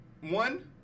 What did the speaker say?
One